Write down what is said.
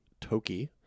Toki